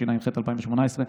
התשע"ח 2018,